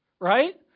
right